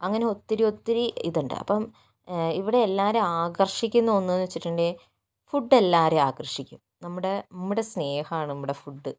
അങ്ങനെ ഒത്തിരി ഒത്തിരി ഇതുണ്ട് അപ്പോൾ ഇവിടെ എല്ലാവരേയും ആകർഷിക്കുന്ന ഒന്നെന്നു വെച്ചിട്ടുണ്ടെങ്കിൽ ഫുഡെല്ലാവരേയും ആകർഷിക്കും നമ്മുടെ നമ്മുടെ സ്നേഹമാണു നമ്മുടെ ഫുഡ്